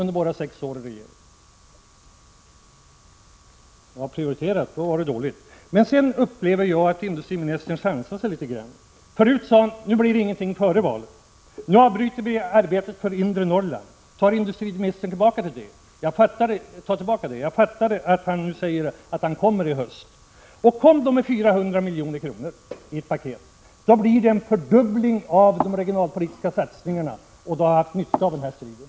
Är detta en regionalpolitisk prioritering så är det dåligt. Sedan upplevde jag att industriministern sansade sig litet. Förut sade han: Nu blir det inget mer före valet, nu avbryter vi arbetet för inre Norrland. Tar industriministern tillbaka detta? Jag fattade det så att han skulle komma tillbaka i höst, med ett paket. Kom då med 400 milj.kr., så blir det en fördubbling av de regionalpolitiska satsningarna, och då har vi haft någon nytta av den här striden.